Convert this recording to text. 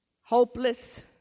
hopeless